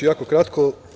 Jako ću kratko.